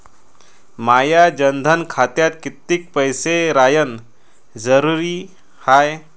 माया जनधन खात्यात कितीक पैसे रायन जरुरी हाय?